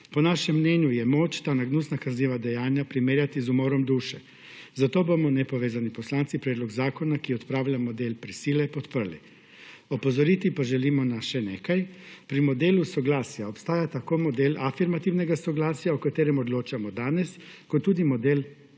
Po našem mnenju je moč ta nagnusna kazniva dejanja primerjati z umorom duše. Zato bomo Nepovezani poslanci predlog zakona, ki odpravlja model prisile podprli. Opozoriti pa želimo na še nekaj. Pri modelu soglasja obstaja tako model afirmativnega soglasja, o katerem odločamo danes kot tudi model veta, ki